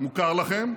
מוכר לכם.